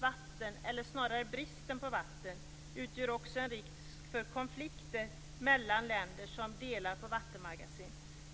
Vatten, eller snarare bristen på vatten, utgör också en risk för konflikter mellan länder som delar på vattenmagasin.